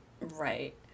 Right